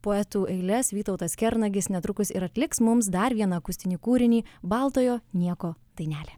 poetų eiles vytautas kernagis netrukus ir atliks mums dar vieną akustinį kūrinį baltojo nieko dainelė